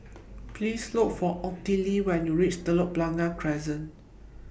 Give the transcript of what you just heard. Please Look For Ottilie when YOU REACH Telok Blangah Crescent